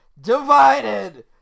divided